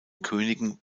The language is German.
königen